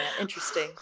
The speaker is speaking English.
Interesting